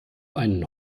einen